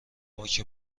باک